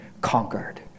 conquered